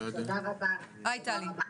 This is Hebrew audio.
היי, טלי.